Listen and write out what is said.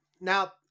Now